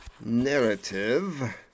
Narrative